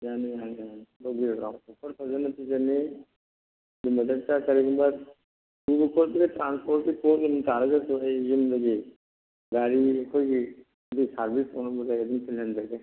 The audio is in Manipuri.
ꯌꯥꯅꯤ ꯌꯥꯅꯤ ꯌꯥꯅꯤ ꯂꯧꯕꯤꯔꯣ ꯂꯥꯎ ꯐꯣꯐꯔ ꯐꯖꯅ ꯄꯤꯖꯅꯤ ꯑꯗꯨꯏ ꯃꯊꯛꯇ ꯀꯔꯤꯒꯨꯝꯕ ꯄꯨꯕ ꯈꯣꯠꯄꯒꯤ ꯊꯥꯡ ꯈꯣꯠꯄꯒꯤ ꯇꯥꯔꯒꯁꯨ ꯑꯩ ꯌꯨꯝꯗꯒꯤ ꯒꯥꯔꯤ ꯑꯩꯈꯣꯏꯒꯤ ꯑꯗꯨ ꯁꯔꯕꯤꯁ ꯇꯧꯅꯕ ꯂꯩ ꯑꯗꯨꯝ ꯊꯤꯜꯍꯟꯖꯒꯦ